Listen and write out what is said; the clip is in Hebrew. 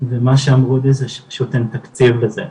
ומה שאמרו לי זה שפשוט אין תקציב לזה,